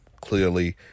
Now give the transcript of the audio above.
Clearly